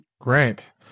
Great